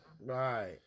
right